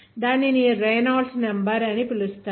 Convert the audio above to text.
దానిని Reynolds number అని పిలుస్తారు